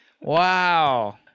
Wow